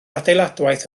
adeiladwaith